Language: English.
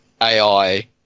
AI